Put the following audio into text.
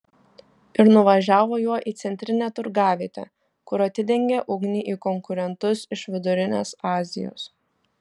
ir nuvažiavo juo į centrinę turgavietę kur atidengė ugnį į konkurentus iš vidurinės azijos